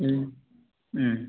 ம் ம்